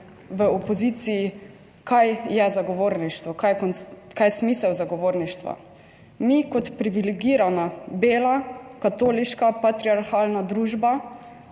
v opoziciji, kaj je zagovorništvo, kaj je smisel zagovorništva. Mi kot privilegirana bela katoliška patriarhalna družba